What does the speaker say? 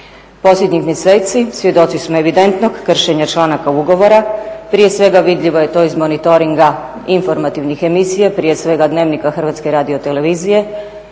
Posljednjih mjeseci svjedoci smo evidentnog kršenja članaka ugovora, prije svega vidljivo je to iz monitoringa informativnih emisija, prije svega Dnevnika Hrvatske radiotelevizije